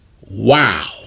Wow